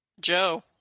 Joe